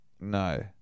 No